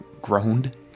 groaned